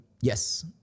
Yes